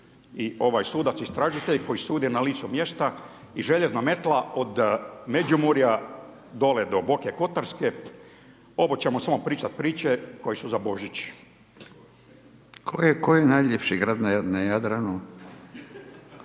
sud i sudac istražitelj koji sudi na licu mjesta i željezna metla od Međimurja dole do Boke Kotarske, ovo ćemo samo pričati priče koje su za Božić. **Radin, Furio